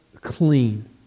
clean